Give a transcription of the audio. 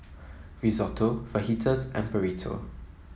Risotto Fajitas and Burrito